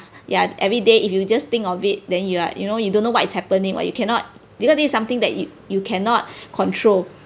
ya everyday if you just think of it then you are you know you don't know what is happening while you cannot because this is something that you you cannot control